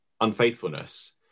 unfaithfulness